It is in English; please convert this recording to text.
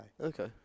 Okay